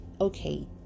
okay